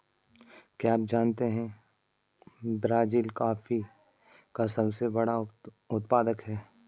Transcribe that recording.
क्या आप जानते है ब्राज़ील कॉफ़ी का सबसे बड़ा उत्पादक है